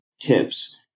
tips